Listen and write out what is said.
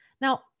Now